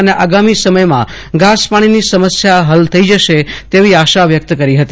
અને આગામી સમયમાં ઘાસ પાણીની સમસ્યા હલ થઇ જશે તેવી આશા વ્યક્ત કરી હતી